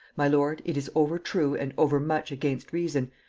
my lord, it is over true and over much against reason,